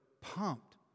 pumped